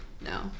No